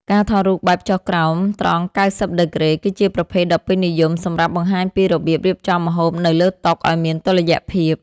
ការថតរូបបែបចុះក្រោមត្រង់កៅសិបដឺក្រេ គឺជាប្រភេទដ៏ពេញនិយមសម្រាប់បង្ហាញពីរបៀបរៀបចំម្ហូបនៅលើតុឱ្យមានតុល្យភាព។